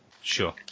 Sure